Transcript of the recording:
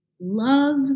love